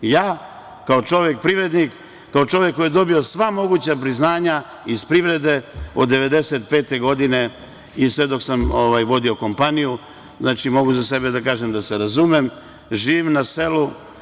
Ja, kao čovek privrednik, kao čovek koji je dobio sva moguća priznanja iz privrede od 1995. godine i sve dok sam vodio kompaniju, znači mogu za sebe da kažem da se razumem, živim na selu.